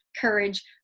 courage